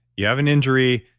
you have an injury,